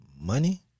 money